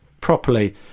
properly